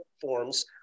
forms